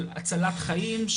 של הצלחת חיים,